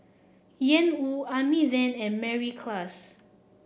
Ian Woo Amy Van and Mary Klass